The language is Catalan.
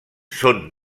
són